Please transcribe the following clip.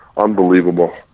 unbelievable